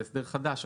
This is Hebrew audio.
עכשיו זה הסדר חדש.